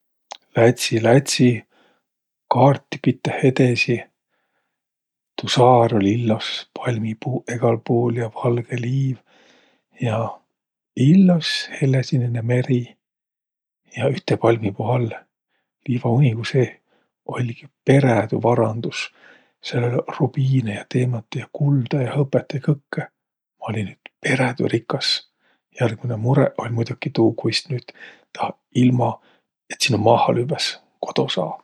Lätsi, lätsi kaarti piteh edesi. Tuu saar oll' illos, palmipuuq egäl puul ja valgõ liiv. Ja illos hellesinine meri. Ja üte palmipuu all, liivaunigu seeh oll' perädü varandus. Sääl oll' rubiinõ ja teemantõ ja kulda ja hõpõt ja kõkkõ. Ma olli nüüd perädü rikas. Järgmäne murõq oll' muidoki tuu, kuis nüüd taa, ilma et sinno maaha lüvväs, kodo saa.